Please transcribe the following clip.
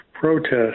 protest